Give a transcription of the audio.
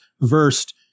versed